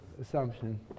assumption